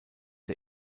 der